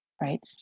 Right